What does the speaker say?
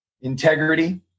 integrity